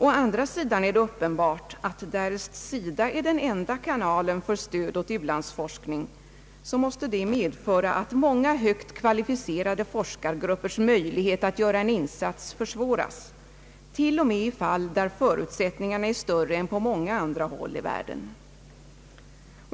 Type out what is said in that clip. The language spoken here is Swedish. Å andra sidan är det uppenbart att därest SIDA är den enda kanalen för stöd åt u-landsforskning, så måste det medföra att många högt kvalificerade forskargruppers möjlighet att göra en insats försvåras, t.o.m. i fall där förutsättningarna är större än på många andra håll i världen.